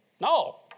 No